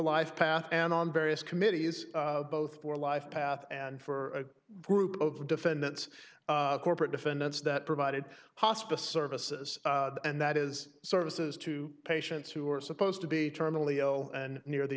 life path and on various committees both for life path and for a group of defendants corporate defendants that provided hospice services and that is services to patients who are supposed to be terminally ill and near the